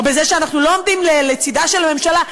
או בזה שאנחנו לא עומדים לצדה של הממשלה.